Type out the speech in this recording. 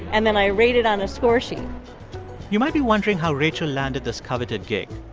and then i rate it on a scoresheet you might be wondering how rachel landed this coveted gig.